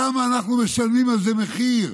כמה אנחנו משלמים על זה מחיר,